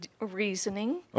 reasoning